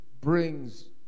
brings